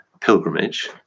pilgrimage